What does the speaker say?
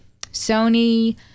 Sony